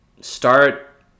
start